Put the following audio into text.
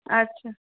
আচ্ছা